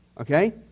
Okay